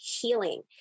healing